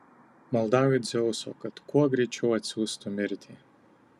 maldauju dzeuso kad kuo greičiau atsiųstų mirtį